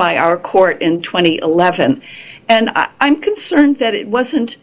by our court in twenty eleven and i'm concerned that it wasn't